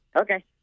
Okay